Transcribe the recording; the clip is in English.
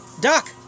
Doc